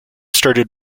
started